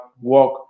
work